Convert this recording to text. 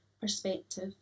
perspective